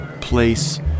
place